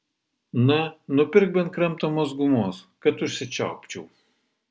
na nupirk bent kramtomos gumos kad užsičiaupčiau